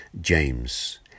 James